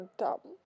dumb